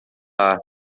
arma